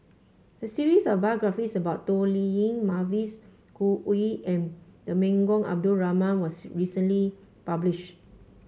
a series of biographies about Toh Liying Mavis Khoo Oei and Temenggong Abdul Rahman was recently published